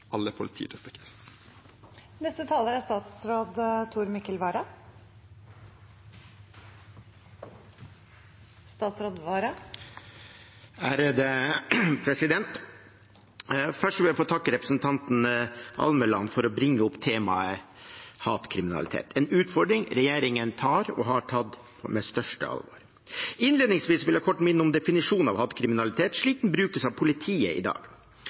alle politidistrikt? Først vil jeg få takke representanten Almeland for å bringe opp temaet hatkriminalitet, en utfordring regjeringen tar og har tatt på største alvor. Innledningsvis vil jeg kort minne om definisjonen av hatkriminalitet, slik den brukes av politiet i dag: